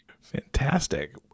Fantastic